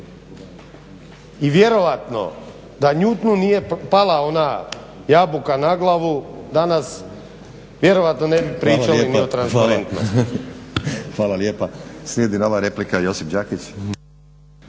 i vjerojatno da Newtonu nije pala ona jabuka na glavu danas vjerojatno ne bi pričali ni o transparentnosti. **Stazić, Nenad (SDP)** Hvala lijepa. Slijedi nova replika, Josip Đakić.